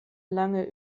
lange